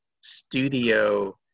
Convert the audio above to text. studio